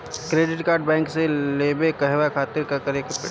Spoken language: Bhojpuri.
क्रेडिट कार्ड बैंक से लेवे कहवा खातिर का करे के पड़ी?